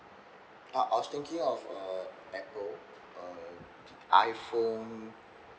uh I was thinking of uh apple uh iphone